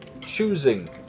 Choosing